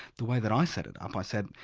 the way that i set it up i said,